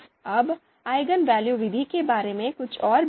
अब eigenvalue विधि के बारे में कुछ और बिंदु